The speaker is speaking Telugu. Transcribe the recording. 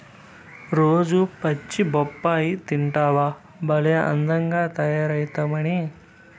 రోజూ పచ్చి బొప్పాయి తింటివా భలే అందంగా తయారైతమ్మన్నీ